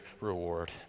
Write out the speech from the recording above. reward